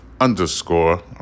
underscore